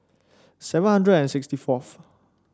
seven hundred and sixty fourth